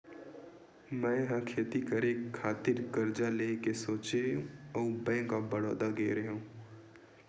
मै ह खेती करे खातिर करजा लेय के सोचेंव अउ बेंक ऑफ बड़ौदा गेव रेहेव